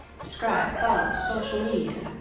subscribe, follow, social media.